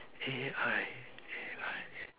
A_I A_I